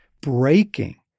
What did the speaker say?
breaking